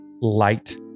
light